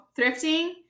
thrifting